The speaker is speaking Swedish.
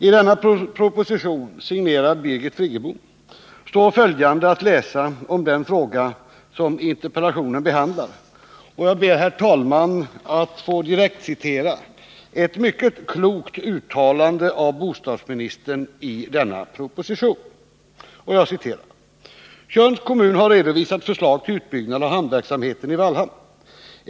I denna proposition, signerad Birgit Friggebo, står följande att läsa om den fråga som interpellationen behandlar — jag ber, herr talman, att få direktcitera ett mycket klokt uttalande av bostadsministern i denna proposition: ”Tjörns kommun har redovisat förslag till utbyggnad av hamnverksamheten i Vallhamn.